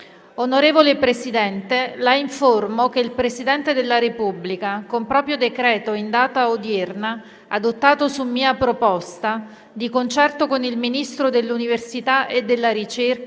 «Onorevole Presidente, La informo che il Presidente della Repubblica, con proprio decreto in data odierna, adottato su mia proposta, di concerto con il Ministro dell'università e della ricerca,